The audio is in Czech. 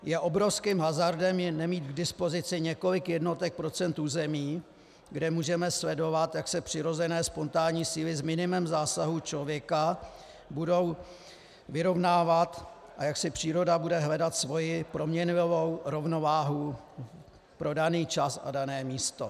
Je obrovským hazardem nemít k dispozici několik jednotek procent území, kde můžeme sledovat, jak se přirozené spontánní síly s minimem zásahů člověka budou vyrovnávat a jak si příroda bude hledat svoji proměnlivou rovnováhu pro daný čas a dané místo.